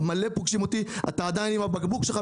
רבים פוגשים אותי ושואלים: אתה עדיין מסתובב עם הבקבוק שלך?